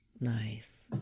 Nice